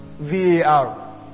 VAR